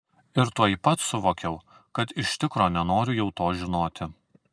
ir tuoj pat suvokiau kad iš tikro nenoriu jau to žinoti